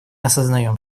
осознаем